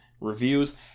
reviews